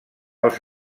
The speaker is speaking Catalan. els